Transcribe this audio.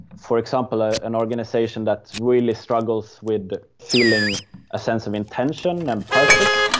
for example, an organisation that really struggles with feeling a sense of intention and purpose,